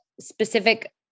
specific